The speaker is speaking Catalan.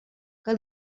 que